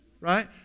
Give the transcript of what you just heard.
right